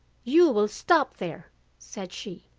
you will stop there said she,